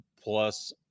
plus